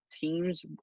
teams